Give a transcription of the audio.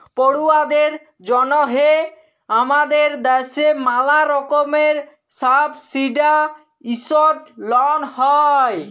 পড়ুয়াদের জন্যহে হামাদের দ্যাশে ম্যালা রকমের সাবসিডাইসদ লন হ্যয়